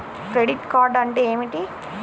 Credit card అంటే ఏమిటి?